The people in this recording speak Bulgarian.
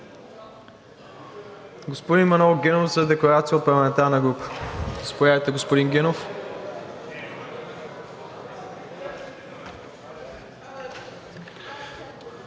Господин Манол Генов за декларация от парламентарна група – заповядайте.